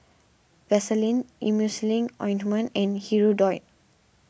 Vaselin Emulsying Ointment and Hirudoid